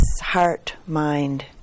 heart-mind